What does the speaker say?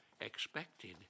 expected